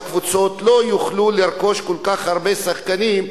שהקבוצות לא יוכלו לרכוש כל כך הרבה שחקנים,